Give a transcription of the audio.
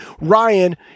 Ryan